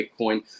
Bitcoin